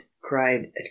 cried